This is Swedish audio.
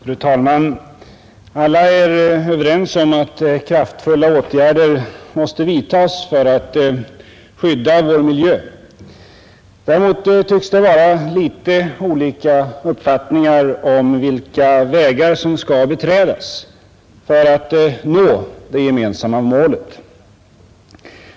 Fru talman! Alla är överens om att kraftfulla åtgärder måste vidtas för att skydda vår miljö. Däremot tycks det vara litet olika uppfattningar om vilka vägar som skall beträdas för att vi skall nå det gemensamma målet.